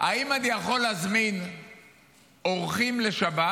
האם אני יכול להזמין אורחים לשבת?